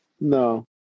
No